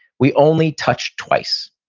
we only touch twice.